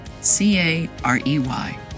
C-A-R-E-Y